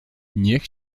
niech